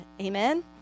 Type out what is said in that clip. Amen